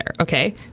okay